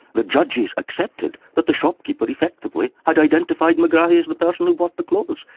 the judges accepted that the shopkeeper effectively had identified megrahi as the person who bought the clothes,